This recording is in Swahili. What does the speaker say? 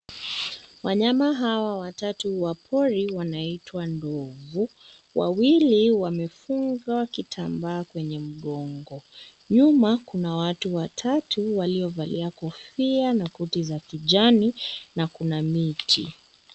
Wanyama hawa watatu wa pori wanaitwa ndovu wawili wamefunga kitambaa kwenye mgongo nyuma kuna watu watatu waliovalia kofia na koti za kijani na kuna miti.